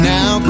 Now